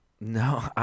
No